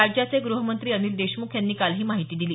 राज्याचे गृहमंत्री अनिल देशमुख यांनी काल काल ही माहिती दिली